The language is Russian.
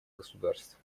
государств